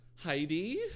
Heidi